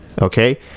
okay